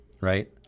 Right